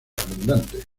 abundante